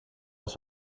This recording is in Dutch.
als